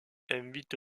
invite